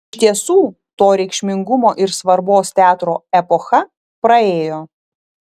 iš tiesų to reikšmingumo ir svarbos teatro epocha praėjo